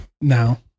Now